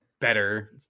better